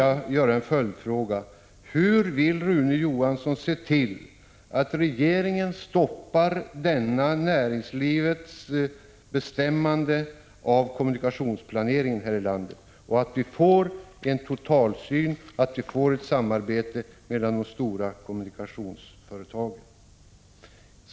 Jag vill då ställa en följdfråga: Hur vill Rune 15 maj 1986 Johansson se till att regeringen stoppar detta näringslivets bestämmande över kommunikationsplaneringen här i landet, så att vi får en totalsyn och ett samarbete mellan de stora kommunikationsföretagen?